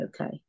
okay